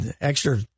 extra